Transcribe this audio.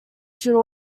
should